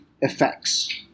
effects